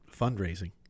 fundraising